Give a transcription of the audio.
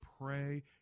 pray